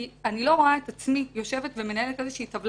כי אני לא רואה את עצמי יושבת ומנהלת טבלה